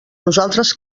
nosaltres